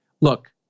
look